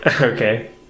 Okay